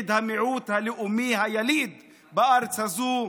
נגד המיעוט הלאומי היליד בארץ הזאת,